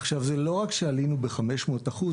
עכשיו, זה לא רק שעלינו ב-500 אחוז